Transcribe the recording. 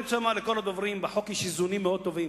אני רוצה לומר לכל הדוברים שבחוק יש איזונים מאוד טובים.